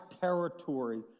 territory